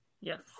Yes